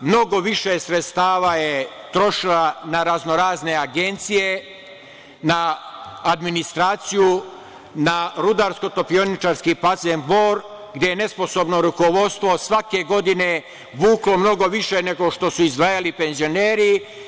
mnogo više sredstava je trošila na raznorazne agencije, na administraciju, na Rudarsko-topioničarski basen „Bor“, gde je nesposobno rukovodstvo svake godino vuklo mnogo više nego što su izdvajali penzioneri.